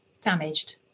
damaged